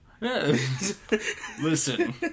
Listen